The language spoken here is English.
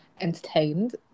entertained